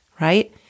Right